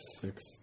six